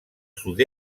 sud